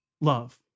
love